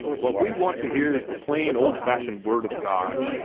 what we want to hear is the plain, old-fashioned word of god,